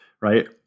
Right